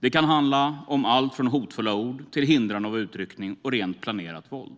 Det kan handla om allt från hotfulla ord till hindrande av utryckning och rent planerat våld.